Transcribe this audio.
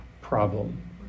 problem